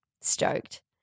Stoked